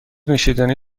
نوشیدنی